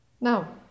Now